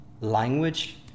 language